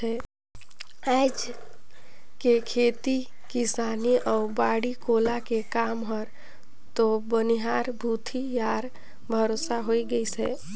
आयज के खेती किसानी अउ बाड़ी कोला के काम हर तो बनिहार भूथी यार भरोसा हो गईस है